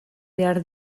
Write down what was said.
behar